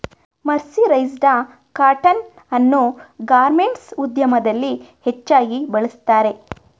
mercerised cotton ಅನ್ನು garments ಉದ್ಯಮದಲ್ಲಿ ಹೆಚ್ಚಾಗಿ ಬಳ್ಸತ್ತರೆ